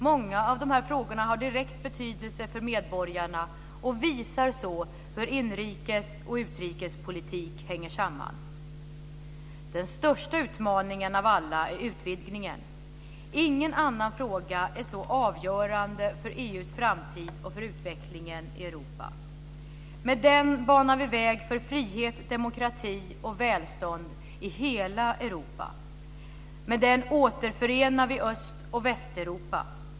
Många av dessa frågor har direkt betydelse för medborgarna och visar hur inrikes och utrikespolitik hänger samman. Den största utmaningen av alla är utvidgningen. Ingen annan fråga är så avgörande för EU:s framtid och för utvecklingen i Europa. Med den banar vi väg för frihet, demokrati och välstånd i hela Europa. Med den återförenar vi Öst och Västeuropa.